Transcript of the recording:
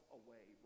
away